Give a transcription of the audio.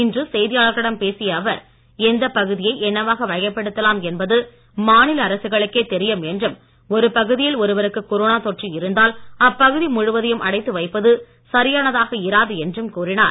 இன்று செய்தியாளர்களிடம் பேசிய அவர் எந்தப் பகுதியை என்னவாக வகைப்படுத்தலாம் என்பது மாநில அரசுகளுக்கே தெரியும் என்றும் ஒரு பகுதியில் ஒருவருக்கு கொரோனா தொற்று இருந்தால் அப்பகுதி முழுவதையும் அடைத்து அவைப்பது சரியானதாக இராது அஎன்றும் கூறினார்